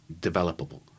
developable